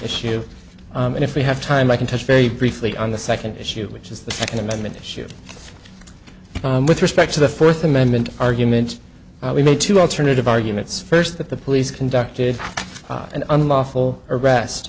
issue and if we have time i can touch very briefly on the second issue which is the second amendment issue with respect to the fourth amendment argument we need to alternative arguments first that the police conducted an unlawful arrest